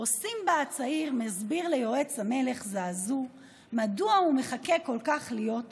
שבו סימבה הצעיר מסביר ליועץ המלך זאזו מדוע הוא מחכה כל כך להיות מלך.